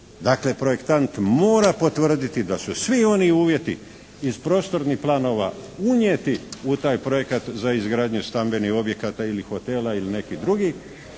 dakle projektant mora potvrditi da su svi oni uvjeti iz prostornih planova unijeti u taj projekat za izgradnju stambenih objekata ili hotela ili nekih drugih